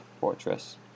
Fortress